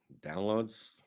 downloads